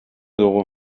dugu